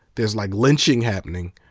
there's like lynching happening,